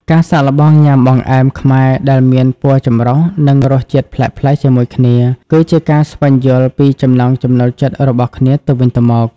ការសាកល្បងញ៉ាំបង្អែមខ្មែរដែលមានពណ៌ចម្រុះ និងរសជាតិប្លែកៗជាមួយគ្នា គឺជាការស្វែងយល់ពីចំណង់ចំណូលចិត្តរបស់គ្នាទៅវិញទៅមក។